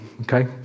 okay